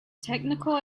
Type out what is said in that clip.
technical